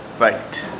Right